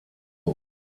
boat